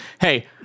hey